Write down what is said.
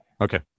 Okay